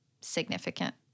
significant